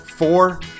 Four